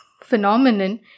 phenomenon